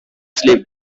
sleep